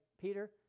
Peter